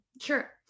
Sure